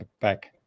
back